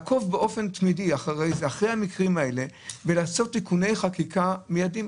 נוכל לעקוב תמידי אחרי המקרים האלה ולעשות תיקוני חקיקה מיידיים.